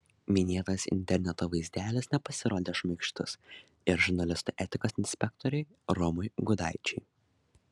minėtas interneto vaizdelis nepasirodė šmaikštus ir žurnalistų etikos inspektoriui romui gudaičiui